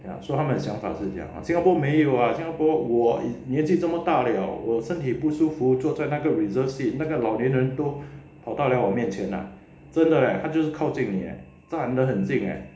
ya so 他们的想法是这样新加坡没有啦新加坡我年纪这么大了我身体不舒服坐在那个 reserved seat 那个老年人都跑到来我面前啊真的 leh 他就是靠近你 leh 站得很近 leh